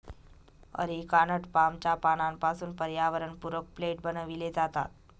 areca nut पामच्या पानांपासून पर्यावरणपूरक प्लेट बनविले जातात